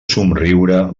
somriure